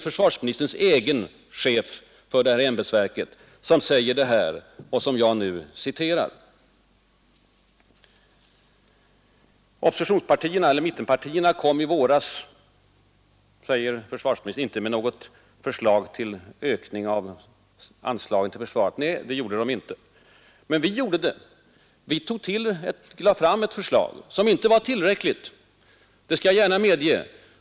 Mittenpartierna kom i våras inte med något förslag till ökning av anslaget till försvaret, säger försvarsministern. Nej, det gjorde de inte, men vi gjorde det. Vi lade fram ett förslag, som inte var tillräckligt långtgående — det skall jag gärna medge.